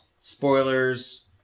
spoilers